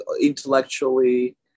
intellectually